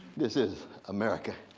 this is america.